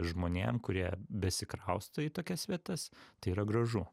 žmonėm kurie besikrausto į tokias vietas tai yra gražu